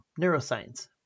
neuroscience